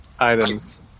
items